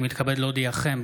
אני מתכבד להודיעכם,